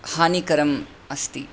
हानिकरम् अस्ति